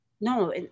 No